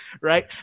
right